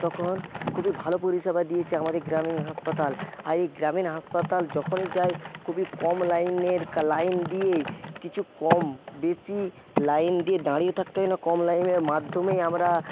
তখন খুবই ভালো পরিষেবা দিয়েছে আমাদের গ্রামীণ হাসপাতাল আর এই গ্রামীণ হাসপাতাল যখনই যাই খুবই কম লাইনের লাইন দিয়েই কিছু কম বেশি লাইন দিয়ে দাঁড়িয়ে থাকতে না কম লাইনের মাধ্যমেই আমরা